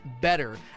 better